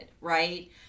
right